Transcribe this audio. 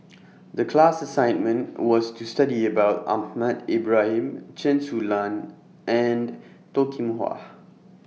The class assignment was to study about Ahmad Ibrahim Chen Su Lan and Toh Kim Hwa